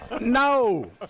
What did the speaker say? No